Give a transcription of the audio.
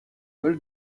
vol